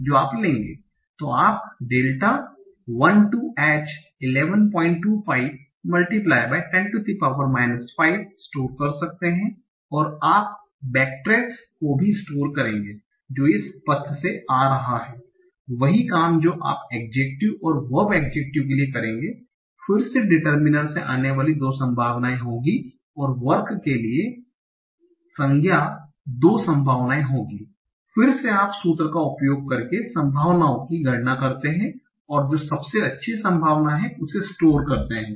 तो आप delta 1 2 H 1125 10 5 store कर सकते हैं और आप बैक ट्रेस को भी स्टोर करेंगे जो इस पथ से आ रहा है वही काम जो आप एड्जेक्टिव और वर्ब एड्जेक्टिव के लिए करेंगे फिर से डिटरर्मिनर से आने वाली 2 संभावनाएँ होंगी और वर्क के लिए संज्ञा 2 संभावनाएं होंगी फिर से आप सूत्र का उपयोग करके संभावनाओं की गणना करते हैं और जो सबसे अच्छी संभावना है उसे स्टोर करते हैं